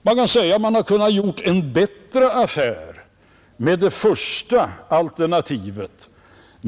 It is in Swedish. Man kan säga att staten kunde ha gjort en bättre affär med det första alternativet.